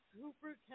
super